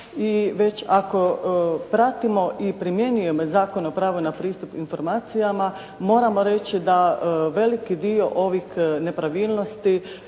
i već ako pratimo zakone o pravu na pristup informacijama moramo reći da veliki dio ovih nepravilnosti,